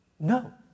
No